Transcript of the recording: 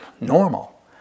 normal